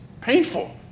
painful